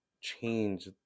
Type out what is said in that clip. change